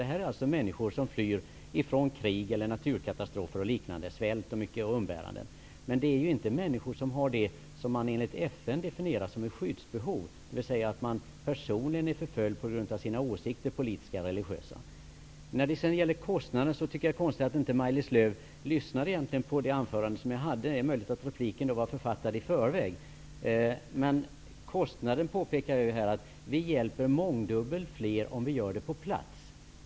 Detta är människor som flyr från krig, naturkatastrofer, svält och umbärande. Men det är inte människor som har det som FN definierar som ett skyddsbehov, dvs. att de personligen är förföljda på grund av sina politiska eller religiösa åsikter. När det gäller kostnaden är det konstigt att Maj-Lis Lööw inte lyssnade på mitt anförande. Det är möjligt att repliken var författad i förväg. Jag påpekade att vi hjälper mångdubbelt fler om vi gör det på plats.